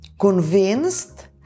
convinced